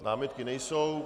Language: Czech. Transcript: Námitky nejsou.